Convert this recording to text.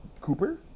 Cooper